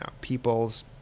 people's